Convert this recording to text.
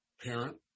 parent